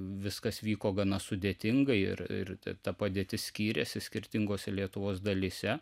viskas vyko gana sudėtingai ir ir ta padėtis skyrėsi skirtingose lietuvos dalyse